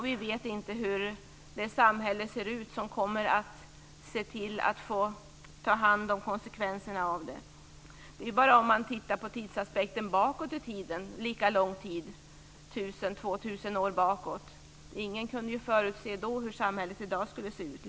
Vi vet inte hur det samhälle ser ut som ska ta hand om konsekvenserna. Det är bara att titta på tidsaspekten bakåt i tiden, lika lång tid, - 1 000-2 000 år - bakåt. Ingen kunde förutse då hur samhället skulle se ut.